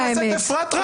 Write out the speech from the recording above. חברת הכנסת אפרת רייטן.